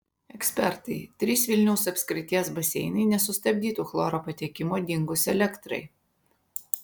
ekspertai trys vilniaus apskrities baseinai nesustabdytų chloro patekimo dingus elektrai